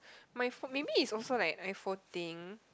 my phone maybe is also like iPhone thing